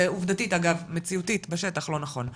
זה עובדתית, אגב, מציאותית בשטח לא נכון.